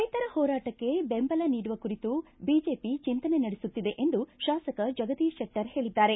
ರೈತರ ಹೋರಾಟಕ್ಕೆ ಬೆಂಬಲ ನೀಡುವ ಕುರಿತು ಬಿಜೆಪಿ ಚಿಂತನೆ ನಡೆಸುತ್ತಿದೆ ಎಂದು ಶಾಸಕ ಜಗದೀಶ್ ಶೆಟ್ಟರ್ ಹೇಳಿದ್ದಾರೆ